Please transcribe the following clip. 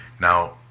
Now